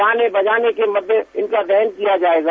गाने बजाने के मध्य इनका दहन किया जाएगा